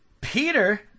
Peter